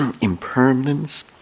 impermanence